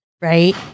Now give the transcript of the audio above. right